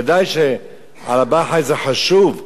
ודאי ששמירה על בעל-החיים זה חשוב,